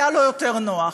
היה לו יותר נוח.